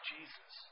Jesus